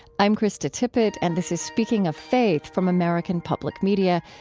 i'm krista tippett, and this is speaking of faith from american public media.